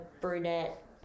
brunette